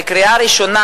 בקריאה הראשונה,